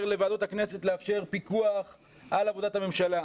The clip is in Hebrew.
לוועדות הכנסת לאפשר פיקוח על עבודת הממשלה.